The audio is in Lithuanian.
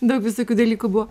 daug visokių dalykų buvo